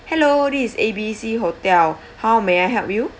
hello this is A B C hotel how may I help you